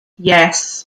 yes